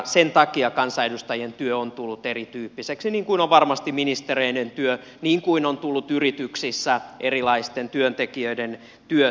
sen takia kansanedustajien työ on tullut erityyppiseksi niin kuin on varmasti ministereiden työ niin kuin ovat tulleet yrityksissä erilaisten työntekijöiden työt